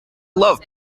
love